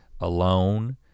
alone